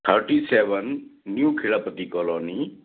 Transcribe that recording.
thirty seven new Khedapati colony